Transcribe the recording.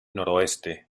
noroeste